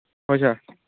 ꯍꯣꯏ ꯁꯥꯔ